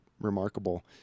remarkable